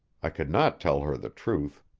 i could not tell her the truth.